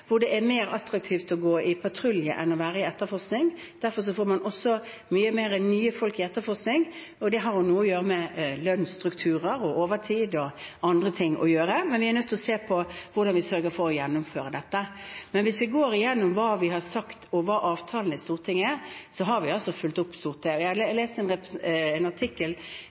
patrulje enn å være i etterforskning. Derfor får man også flere nye folk i etterforskning. Det har noe å gjøre med lønnsstrukturer, overtid og andre ting. Men vi er nødt til å se på hvordan vi sørger for å gjennomføre dette. Men hvis vi går igjennom hva vi har sagt, og hva avtalen i Stortinget er, har vi altså fulgt opp. Jeg har lest en artikkel i dag, skrevet av representanten, totalt uten annet enn synspunkter og uten fakta, for jeg